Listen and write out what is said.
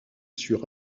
sur